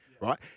right